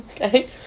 Okay